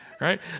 Right